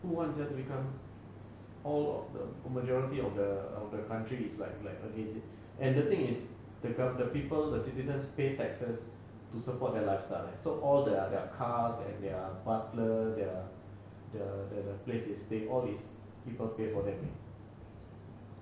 who want sia to become all or the majority of the of the country is like like against it and the thing is the govern~ the people the citizens pay taxes to support their lifestyle like so all that ah their cars and their butler their the place they stay all is people pay for them eh